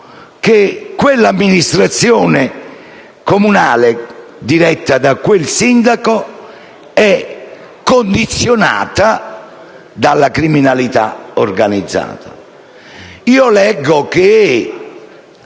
che quella stessa amministrazione comunale, diretta da quel sindaco, è condizionata dalla criminalità organizzata.